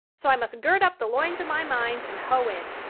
so i must gird up the loins of my mind and hoe in.